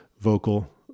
vocal